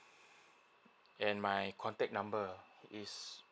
and my contact number is